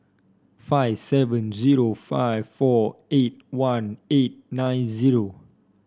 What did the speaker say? five seven zero five four eight one eight nine zero